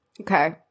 Okay